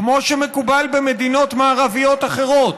כמו שמקובל במדינות מערביות אחרות,